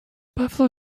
buffalo